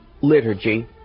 liturgy